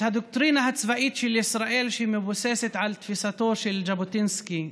את הדוקטרינה הצבאית של ישראל שמבוססת על תפיסתו של ז'בוטינסקי,